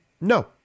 No